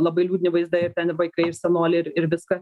labai liūdni vaizdai ir ten ir vaikai ir senoliai ir ir viską